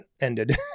ended